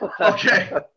Okay